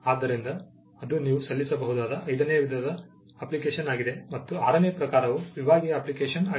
ಆದ್ದರಿಂದ ಅದು ನೀವು ಸಲ್ಲಿಸಬಹುದಾದ ಐದನೇ ವಿಧದ ಅಪ್ಲಿಕೇಶನ್ ಆಗಿದೆ ಮತ್ತು ಆರನೇ ಪ್ರಕಾರವು ವಿಭಾಗೀಯ ಅಪ್ಲಿಕೇಶನ್ ಆಗಿದೆ